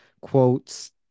quotes